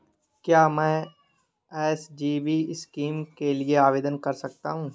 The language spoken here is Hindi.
क्या मैं एस.जी.बी स्कीम के लिए आवेदन कर सकता हूँ?